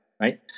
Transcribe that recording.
right